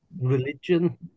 religion